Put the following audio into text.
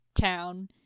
town